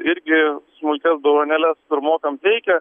irgi smulkias dovanėles pirmokam teikia